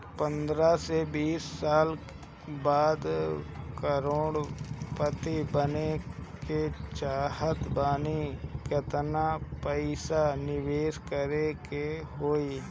पंद्रह से बीस साल बाद करोड़ पति बने के चाहता बानी केतना पइसा निवेस करे के होई?